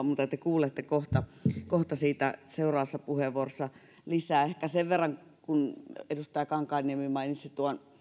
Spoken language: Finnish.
mutta te kuulette kohta kohta siitä seuraavassa puheenvuorossa lisää kun edustaja kankaanniemi mainitsi